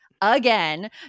again